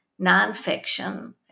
nonfiction